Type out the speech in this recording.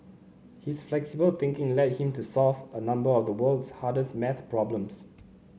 his flexible thinking led him to solve a number of the world's hardest maths problems